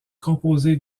composée